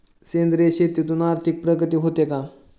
सेंद्रिय शेतीतून आर्थिक प्रगती होते का?